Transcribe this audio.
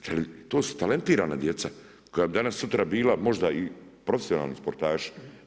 To su talentirana djeca koja bi danas-sutra bila možda i profesionalni sportaši.